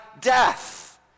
death